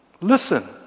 listen